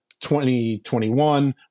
2021